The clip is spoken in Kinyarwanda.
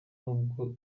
n’ubwo